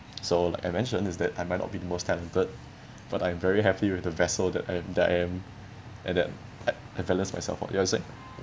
so like I mentioned is that I might not be the most talented but I am very happy with the vessel that I am that I am and that I myself for you're saying